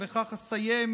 ובכך אסיים,